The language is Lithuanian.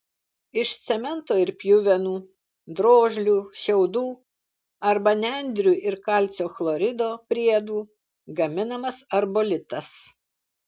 iš cemento ir pjuvenų drožlių šiaudų arba nendrių ir kalcio chlorido priedų gaminamas arbolitas